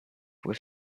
with